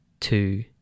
two